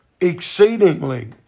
exceedingly